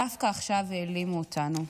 דווקא עכשיו העלימו אותנו.